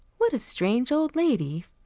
what a strange old lady!